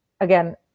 again